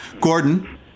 Gordon